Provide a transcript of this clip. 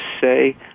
say